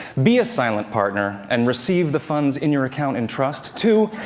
be a silent partner and receive the funds in your account in trust two,